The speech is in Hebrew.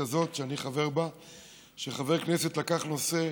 הזאת שאני חבר בה שחבר כנסת לקח נושא,